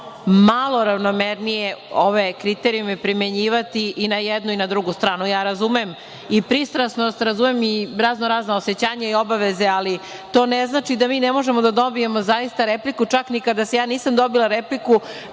malo ravnomernije ove kriterijume primenjivati i na jednu i na drugu stranu. Razumem i pristrasnost i razno-razna osećanja i obaveze, ali to ne znači da mi ne možemo da dobijemo zaista repliku, čak ni kada nisam dobila repliku,